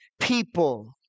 people